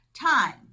Time